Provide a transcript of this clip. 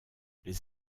les